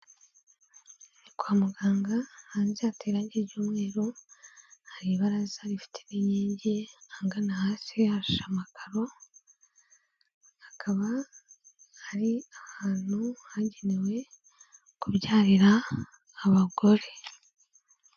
Ni kwa muganga, hanze hateye irangi ry'umweru, hari ibaraza rifite inkingi, ahagana hasi hashashe amakaro, hakaba ari ahantu hagenewe kubyarira abagore.